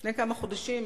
לפני כמה חודשים,